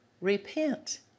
repent